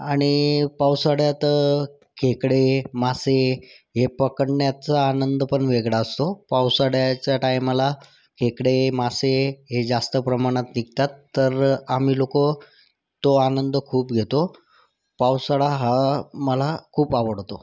आणि पावसाळ्यात खेकडे मासे हे पकडण्याचा आनंद पण वेगळा असतो पावसाळ्याच्या टाईमाला खेकडे मासे हे जास्त प्रमाणात निघतात तर आम्ही लोकं तो आनंद खूप घेतो पावसाळा हा मला खूप आवडतो